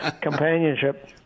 companionship